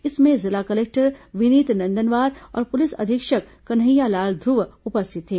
इसमें जिला कलेक्टर विनीत नंदनवार और पुलिस अधीक्षक कन्हैयालाल ध्रव उपस्थित थे